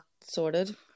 sorted